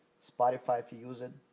spotify if you use it.